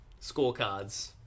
scorecards